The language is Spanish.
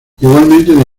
igualmente